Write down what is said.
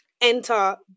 Enter